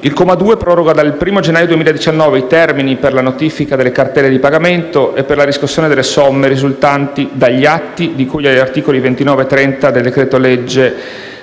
Il comma 2 proroga dal primo gennaio 2019 i termini per la notifica delle cartelle di pagamento e per la riscossione delle somme risultanti dagli atti di cui agli articoli 29 e 30 del decreto-legge